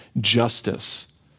justice